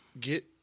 get